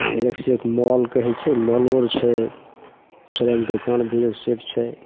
एकसे एक मॉल कहै छै मॉलो आओर छै शहरमे दोकान भी एकसे एक छै